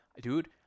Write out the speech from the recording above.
dude